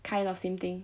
kind of same thing